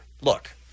look